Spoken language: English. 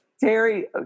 Terry